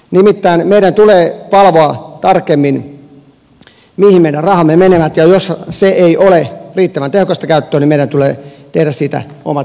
nimittäin meidän tulee valvoa tarkemmin mihin meidän rahamme menevät ja jos se ei ole riittävän tehokasta käyttöä niin meidän tulee tehdä siitä omat johtopäätöksemme